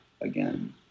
again